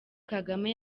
kagame